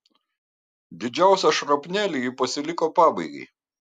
didžiausią šrapnelį ji pasiliko pabaigai